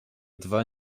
dwa